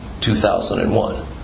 2001